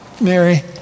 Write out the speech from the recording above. Mary